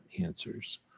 answers